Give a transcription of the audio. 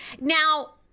Now